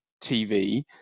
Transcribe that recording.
TV